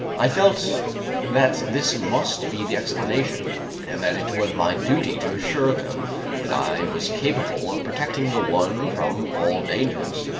i felt that this must be the explanation and that it was my duty to assure them that i was capable of protecting the one from all dangers,